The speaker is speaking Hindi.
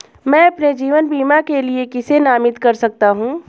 मैं अपने जीवन बीमा के लिए किसे नामित कर सकता हूं?